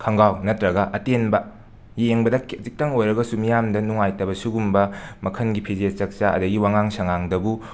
ꯈꯣꯡꯒꯥꯎ ꯅꯠꯇ꯭ꯔꯒ ꯑꯇꯦꯟꯕ ꯌꯦꯡꯕꯗ ꯈꯖꯤꯛꯇꯪ ꯑꯣꯏꯔꯒꯁꯨ ꯃꯤꯌꯥꯝꯗ ꯅꯨꯡꯉꯥꯏꯇꯕ ꯁꯤꯒꯨꯝꯕ ꯃꯈꯟꯒꯤ ꯐꯤꯖꯦꯠ ꯆꯥꯛꯆꯥ ꯑꯗꯒꯤ ꯋꯥꯉꯥꯡ ꯁꯉꯥꯡꯗꯕꯨ